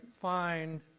find